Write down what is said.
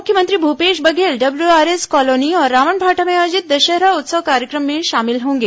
मुख्यमंत्री Bhupesh Baghel W RS colony और रावणभाटा में आयोजित दशहरा उत्सव कार्यक्रम में शामिल होंगे